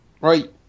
Right